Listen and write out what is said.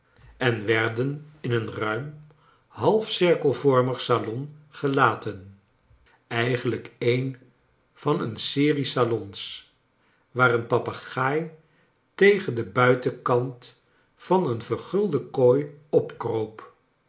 en werden in een ruim halfcirkelvorrnig salon gelaten eigenlijk eeix van een serie salons waar een papegaai tegen den buitenkant van een vergulde kooi opkroop